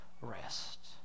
rest